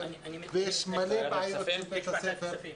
הזה בחיפה ויש מלא בעיות של בית הספר.